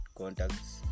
contacts